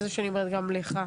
ואני אומרת גם לך.